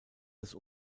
das